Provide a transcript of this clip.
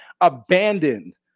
abandoned